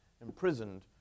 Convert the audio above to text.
imprisoned